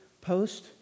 post